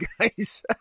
guys